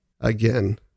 again